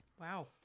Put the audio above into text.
Wow